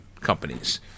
companies